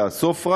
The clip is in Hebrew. תאסוף.